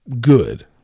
good